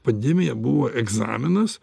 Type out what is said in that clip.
pandemija buvo egzaminas